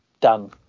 done